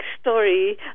story